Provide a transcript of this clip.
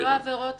לא עבירות רכוש.